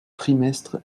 trimestre